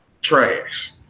trash